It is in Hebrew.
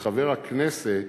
שחבר הכנסת